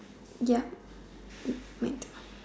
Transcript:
ya